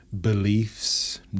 beliefs